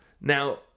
Now